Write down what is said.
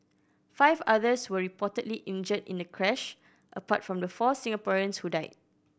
five others were reportedly injured in the crash apart from the four Singaporeans who died